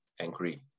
angry